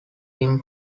him